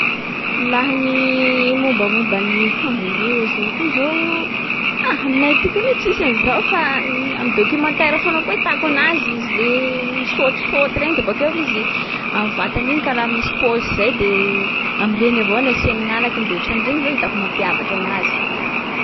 Laha ny mombamomba ny kangoroa zao koa zao. Aha! Aminay aty koa ne tsisy an’zao fa n- am'documentaire foana koa ahitako anazy. Izy le misaotisaoty regny de bakeo izy, am'vatany iny karaha misy paosy zay. De am'regny avao ny asiany gn'agnakiny de ohatran’regny zao itako mampiavaky anazy.